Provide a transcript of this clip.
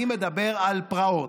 אני מדבר על פרעות.